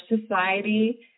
society